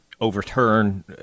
overturn